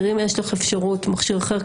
תראי אם יש לך אפשרות למכשיר אחר,